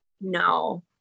No